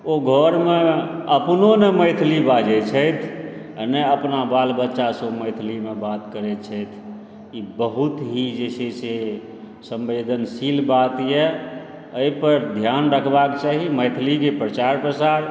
ओ घरमे अपनो नहि मैथिली बाजै छथि आओर ने अपना बाल बच्चासँ मैथिलीमे बात करैत छथि ई बहुत ही जे छै से संवेदनशील बात यऽ एहिपर ध्यान रखबाक चाही मैथिलीके प्रचार प्रसार